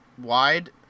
wide